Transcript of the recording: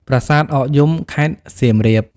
ប្រាសាទអកយំ ខេត្តសៀមរាប។